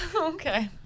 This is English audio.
Okay